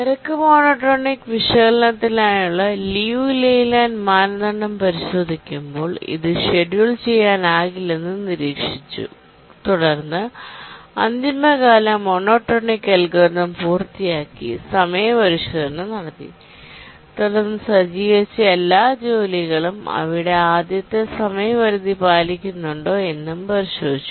rate monotonic വിശകലനത്തിനായുള്ള Liu Layland മാനദണ്ഡം പരിശോധിക്കുമ്പോൾ ഇത് ഷെഡ്യൂൾ ചെയ്യാനാകില്ലെന്ന് നിരീക്ഷിച്ചു തുടർന്ന് ഡെഡ് ലൈൻ മോണോടോണിക് അൽഗോരിതം പൂർത്തിയാക്കി സമയപരിശോധന നടത്തി തുടർന്ന് സജ്ജീകരിച്ച എല്ലാ ജോലികളും അവയുടെ ആദ്യത്തെ സമയപരിധി പാലിക്കുന്നുണ്ടോ എന്നും പരിശോധിച്ചു